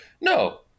no